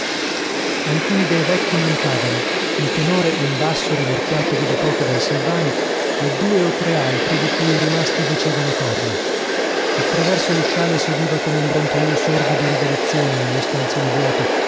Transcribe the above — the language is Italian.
alcuni dei vecchi mancavano il tenore un basso rimorchiatovi da poco dal silvani e due o tre altri di cui i rimasti dicevano corna attraverso lusciale si udiva come un brontolío sordo di rivoluzione nello stanzone vuoto